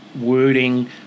wording